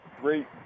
great